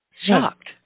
Shocked